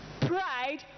Pride